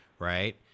Right